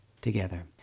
together